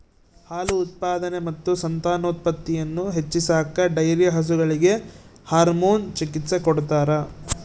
ಹಾಲು ಉತ್ಪಾದನೆ ಮತ್ತು ಸಂತಾನೋತ್ಪತ್ತಿಯನ್ನು ಹೆಚ್ಚಿಸಾಕ ಡೈರಿ ಹಸುಗಳಿಗೆ ಹಾರ್ಮೋನ್ ಚಿಕಿತ್ಸ ಕೊಡ್ತಾರ